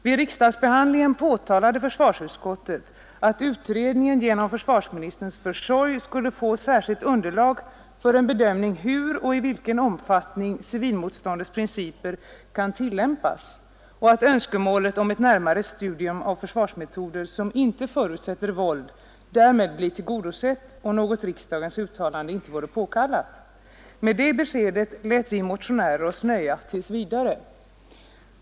Vid riksdagsbehandlingen påtalade försvarsutskottet att utredningen genom försvarsministerns försorg skulle få särskilt underlag för en bedömning hur och i vilken omfattning civilmotståndets principer kan tillämpas samt att önskemålet om ett närmare studium av försvarsmetoder som inte förutsätter våld därmed blir tillgodosett och att något riksdagens uttalande inte vore påkallat. Med det beskedet lät vi motionärer oss nöja tills vidare.